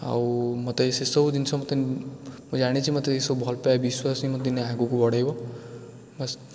ଆଉ ମୋତେ ସେସବୁ ଜିନିଷ ମୋତେ ମୁଁ ଜାଣିଛି ମୋତେ ଏସବୁ ଭଲପାଇବା ବିଶ୍ୱାସ ହିଁ ମୋତେ ଦିନେ ଆଗକୁ ବଢ଼େଇବ ବାସ୍